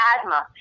asthma